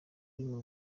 y’u